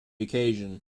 occasion